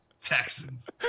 Texans